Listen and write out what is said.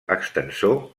extensor